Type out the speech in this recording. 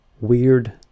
weird